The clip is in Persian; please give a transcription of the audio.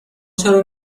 چرا